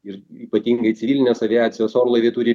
ir ypatingai civilinės aviacijos orlaiviai turi